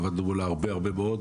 עבדנו מולה הרבה מאוד.